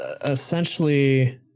Essentially